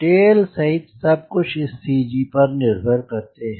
tell सहित सब कुछ इस CG पर निर्भर करते हैं